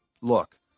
look